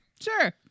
sure